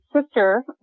sister